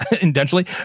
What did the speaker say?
intentionally